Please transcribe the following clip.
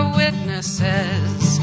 witnesses